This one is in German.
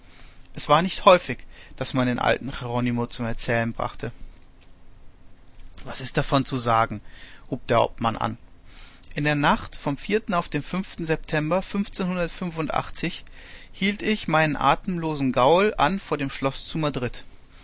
es war nicht häufig daß man den alten jeronimo zum erzählen brachte was ist davon zu sagen hub der hauptmann an in der nacht vom vierten auf den fünften september fünfzehnhundertfünfundachtzig hielt ich meinen atemlosen gaul an vor dem schloß